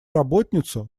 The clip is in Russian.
работницу